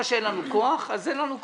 מה שאין לנו כוח אז אין לנו כוח.